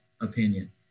opinion